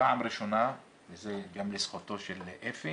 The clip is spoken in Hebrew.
פעם ראשונה, וזה גם לזכותו של אפי,